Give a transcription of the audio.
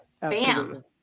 Bam